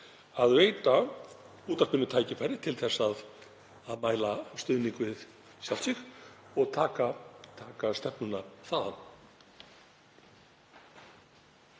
að veita útvarpinu tækifæri til að mæla stuðning við sjálft sig og taka stefnuna þaðan.